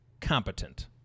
competent